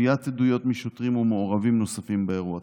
גביית עדויות משוטרים ומעורבים נוספים באירוע,